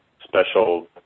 special